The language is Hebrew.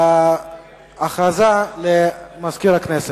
הודעה למזכיר הכנסת.